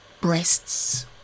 breasts